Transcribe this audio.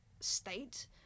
state